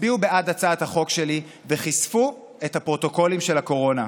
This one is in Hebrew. הצביעו בעד הצעת החוק שלי וחשפו את הפרוטוקולים של הקורונה.